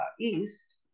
east